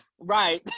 Right